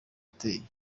ateye